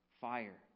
fire